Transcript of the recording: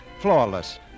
flawless